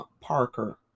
Parker